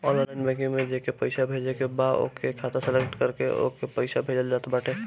online banking में जेके पईसा भेजे के बा ओकर खाता सलेक्ट करके ओके पईसा भेजल जात बाटे